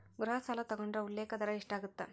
ಗೃಹ ಸಾಲ ತೊಗೊಂಡ್ರ ಉಲ್ಲೇಖ ದರ ಎಷ್ಟಾಗತ್ತ